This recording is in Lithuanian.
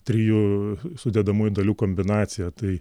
trijų sudedamųjų dalių kombinacija tai